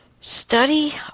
Study